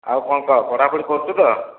ଆଉ କ'ଣ କହ ପଢାପଢି କରୁଛୁ ତ